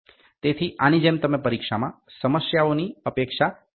તેથી આની જેમ તમે પરીક્ષામાં સમસ્યાઓની અપેક્ષા કરી શકો છો